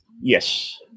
Yes